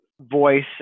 voice